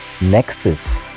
Nexus